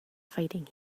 fighting